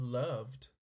loved